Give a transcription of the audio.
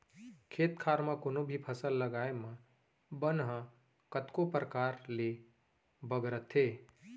खेत खार म कोनों भी फसल लगाए म बन ह कतको परकार ले बगरथे